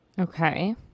Okay